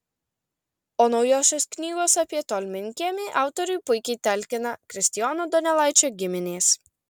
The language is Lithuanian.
o naujosios knygos apie tolminkiemį autoriui puikiai talkina kristijono donelaičio giminės